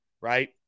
right